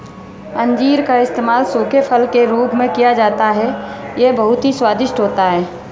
अंजीर का इस्तेमाल सूखे फल के रूप में किया जाता है यह बहुत ही स्वादिष्ट होता है